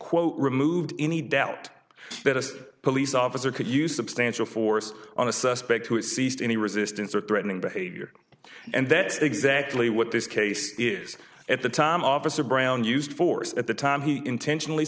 quote removed any doubt that a police officer could use substantial force on a suspect who had ceased any resistance or threatening behavior and that's exactly what this case is at the time officer brown used force at the time he intentionally